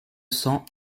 cents